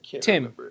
Tim